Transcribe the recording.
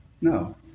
No